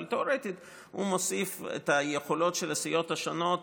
אבל תיאורטית הוא מוסיף את היכולות של הסיעות השונות